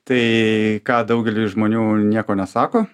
tai ką daugeliui žmonių nieko nesako